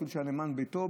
אפילו שהיה נאמן ביתו,